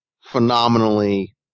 phenomenally